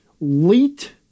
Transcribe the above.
late